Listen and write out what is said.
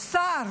שר